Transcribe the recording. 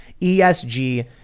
ESG